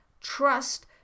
trust